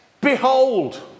Behold